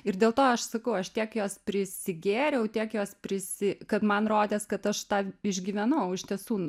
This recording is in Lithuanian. ir dėl to aš sakau aš tiek jos prisigėriau tiek jos prisi kad man rodės kad aš tą išgyvenau iš tiesų